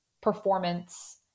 performance